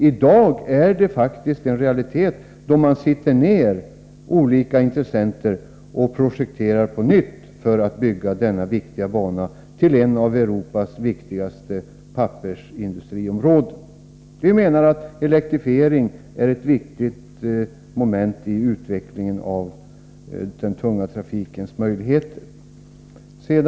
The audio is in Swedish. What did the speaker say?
I dag är detta faktiskt en realitet, då olika intressenter sitter ned och på nytt projekterar för att bygga denna viktiga bana till ett av Europas viktigaste pappersindustriområden. Vi menar att elektrifiering är ett viktigt moment i utvecklingen av den tunga trafikens möjligheter.